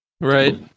Right